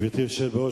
גברתי היושבת-ראש,